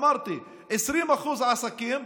אמרתי: 20% זה עסקים.